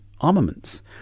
armaments